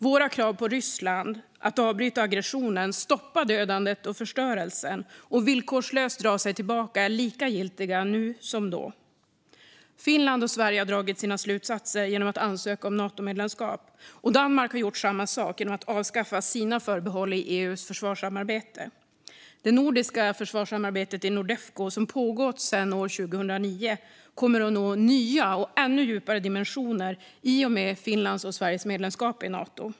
Våra krav på Ryssland att avbryta aggressionen, stoppa dödandet och förstörelsen och villkorslöst dra sig tillbaka är lika giltiga nu som då. Finland och Sverige har dragit sina slutsatser genom att ansöka om Natomedlemskap, och Danmark har gjort samma sak genom att avskaffa sina förbehåll i EU:s försvarssamarbete. Det nordiska försvarssamarbetet i Nordefco, som pågått sedan år 2009, kommer att nå nya och ännu djupare dimensioner i och med Finlands och Sveriges medlemskap i Nato.